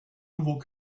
nouveau